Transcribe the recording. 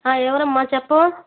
ఎవరు అమ్మా చెప్పు